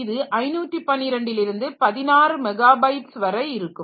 இது 512 லிருந்து 16 மெகாபைட்ஸ் வரை இருக்கும்